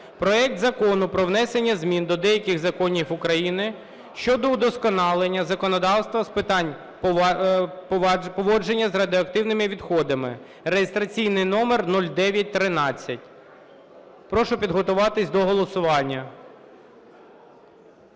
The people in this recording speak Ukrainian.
проект Закону про внесення змін до деяких законів України щодо вдосконалення законодавства з питань поводження з радіоактивними відходами (реєстраційний номер 0913). Прошу підготуватися до голосування.